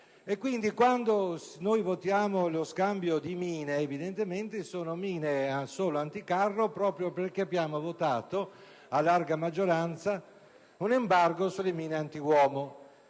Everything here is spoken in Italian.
quando noi votiamo lo scambio di mine, evidentemente sono mine solo anticarro, proprio perché abbiamo votato a larga maggioranza un embargo sulle mine antiuomo.